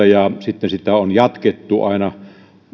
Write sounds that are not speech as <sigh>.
<unintelligible> ja sitten sitä on jatkettu aina